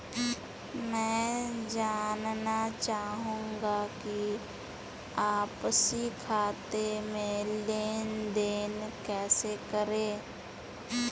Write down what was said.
मैं जानना चाहूँगा कि आपसी खाते में लेनदेन कैसे करें?